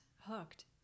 hooked